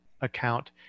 account